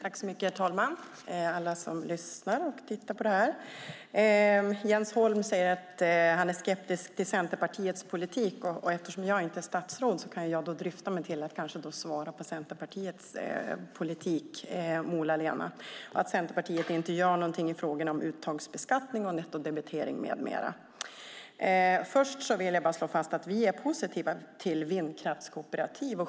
Herr talman, alla som lyssnar och tittar! Jens Holm säger att han är skeptisk till Centerpartiets politik. Eftersom jag inte är statsråd kan jag drista mig till att svara för Centerpartiet vad gäller att vi inte gör något i fråga om uttagsbeskattning, nettodebitering med mera. Vi är positiva till vindkraftskooperativ.